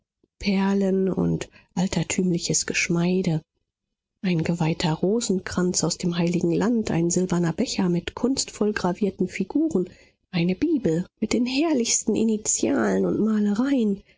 perlen und altertümliches geschmeide ein geweihter rosenkranz aus dem heiligen land ein silberner becher mit kunstvoll gravierten figuren eine bibel mit den herrlichsten initialen und malereien